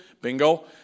Bingo